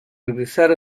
regresar